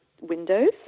windows